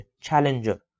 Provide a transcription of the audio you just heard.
challenger